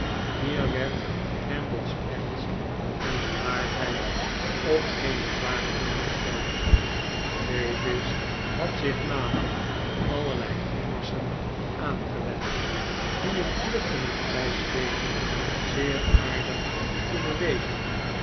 hier werd kemble's ernst en bedaardheid op eene zware proef gesteld davis had zich namelijk allerlei grimassen aangewend die in kluchten en blh'spelen zeer aardigkunnen wezen